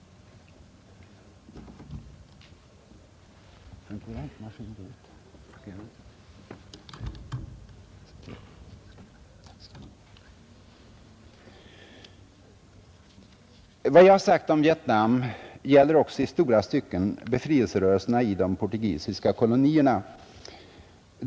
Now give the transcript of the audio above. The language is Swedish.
Vad jag sagt om Vietnam gäller också i stora stycken befrielserörelserna i de portugisiska kolonierna.